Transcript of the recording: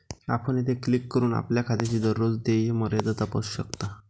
आपण येथे क्लिक करून आपल्या खात्याची दररोज देय मर्यादा तपासू शकता